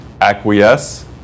acquiesce